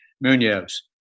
Munoz